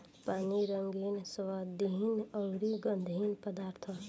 पानी रंगहीन, स्वादहीन अउरी गंधहीन पदार्थ ह